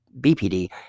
BPD